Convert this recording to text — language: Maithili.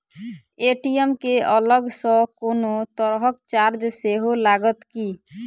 ए.टी.एम केँ अलग सँ कोनो तरहक चार्ज सेहो लागत की?